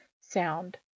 sound